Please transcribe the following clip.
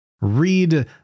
read